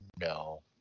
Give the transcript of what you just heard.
No